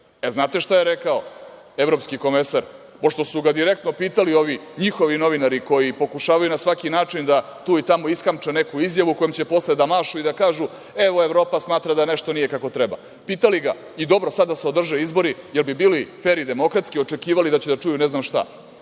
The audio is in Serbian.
Znate šta je rekao evropski komesar, pošto su ga direktno pitali ovi njihovi novinari koji pokušavaju na svaki način da tu i tamo iskamče neku izjavu, kojom će posle da mašu i da kažu – evo, Evropa smatra da nešto nije kako treba? Pitali ga - dobro, sada da se održe izbori, jel bi bili fer i demokratski, očekivali da će da čuju ne znam šta,